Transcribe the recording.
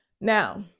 Now